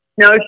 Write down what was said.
No